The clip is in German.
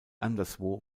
anderswo